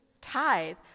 tithe